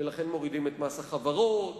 ולכן מורידים את מס החברות